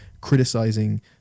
criticizing